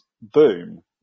boom